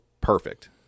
perfect